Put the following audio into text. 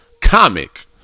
comic